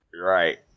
Right